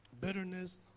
bitterness